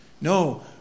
No